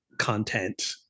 Content